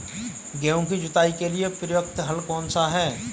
गेहूँ की जुताई के लिए प्रयुक्त हल कौनसा है?